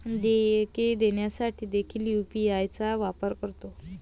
देयके देण्यासाठी देखील यू.पी.आय चा वापर करतो